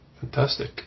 Fantastic